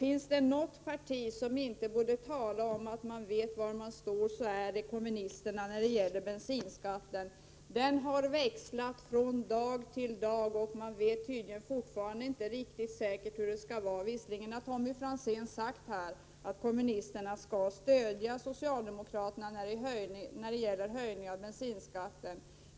Om det är något parti som inte skall tala om att man vet var man står så är det kommunisterna i bensinskattefrågan. Deras ståndpunkt har växlat från dag till dag, och de vet tydligen fortfarande inte riktigt hur de vill ha det. Visserligen har Tommy Franzén här sagt att vpk skall stödja socialdemokraternas förslag att höja bensinskatten.